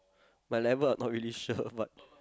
my level I not really sure but